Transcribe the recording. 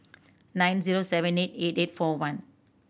nine zero seven eight eight eight four one